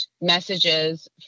messages